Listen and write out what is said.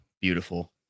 beautiful